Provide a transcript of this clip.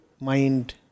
mind